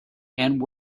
and